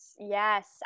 Yes